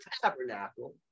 tabernacle